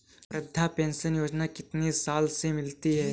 वृद्धा पेंशन योजना कितनी साल से मिलती है?